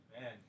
man